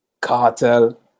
cartel